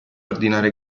ordinare